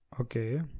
Okay